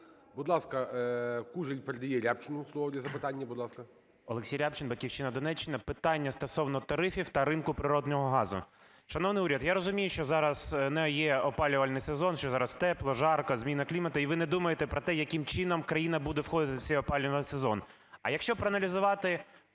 Будь ласка, Кужель передає Рябчину слово для запитання. Будь ласка. 11:01:10 РЯБЧИН О.М. Олексій Рябчин, "Батьківщина", Донеччина. Питання стосовно тарифів та ринку природного газу. Шановний уряд, я розумію, що зараз не є опалювальний сезон, що зараз тепло, жарко, зміна клімату. І ви не думаєте про те, яким чином країна буде входити в цей опалювальний сезон. А якщо проаналізувати